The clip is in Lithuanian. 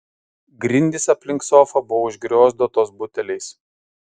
grindys aplink sofą buvo užgriozdotos buteliais